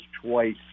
twice